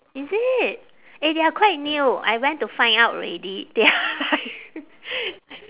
is it eh they are quite new I went to find out already they are like